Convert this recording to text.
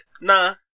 nah